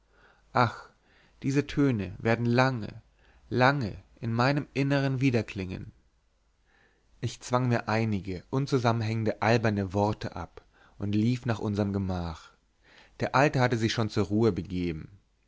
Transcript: ach diese töne werden lange lange in meinem innern wiederklingen ich zwang mir einige unzusammenhängende alberne worte ab und lief nach unserm gemach der alte hatte sich schon zur ruhe begeben